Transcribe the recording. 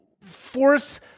force